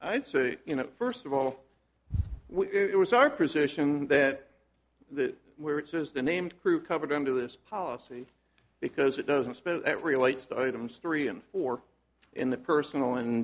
i'd say you know first of all it was our position that that which is the named crew covered under this policy because it doesn't spend that relates to items three and four in the personal and